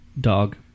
dog